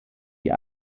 die